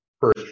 first